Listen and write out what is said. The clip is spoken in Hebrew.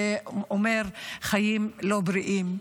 זה אומר חיים לא בריאים,